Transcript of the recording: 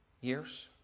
years